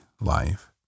life